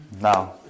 Now